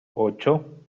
ocho